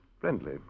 Friendly